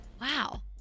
wow